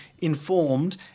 informed